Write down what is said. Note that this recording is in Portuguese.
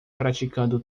praticando